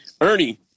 Ernie